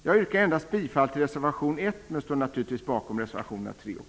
Jag yrkar bifall endast till reservation 1 men står naturligtvis bakom reservationerna 3 och